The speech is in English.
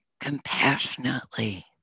compassionately